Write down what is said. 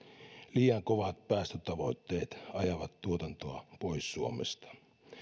liian kovat päästötavoitteet ajavat tuotantoa pois suomesta